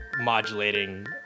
modulating